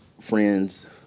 friends